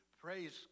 Praise